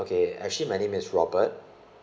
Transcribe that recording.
okay actually my name is robert